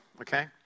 okay